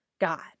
God